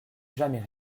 jamais